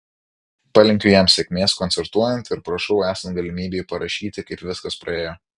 palinkiu jam sėkmės koncertuojant ir prašau esant galimybei parašyti kaip viskas praėjo